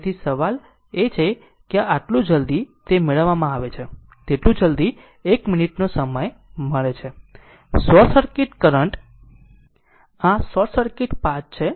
તેથી સવાલ એ છે કે આ આટલું જલ્દી તે મેળવવામાં આવે છે તેટલું જલ્દી 1 મિનિટનો સમય મળે છે શોર્ટ સર્કિટ પાથ આ શોર્ટ સર્કિટ પાથ છે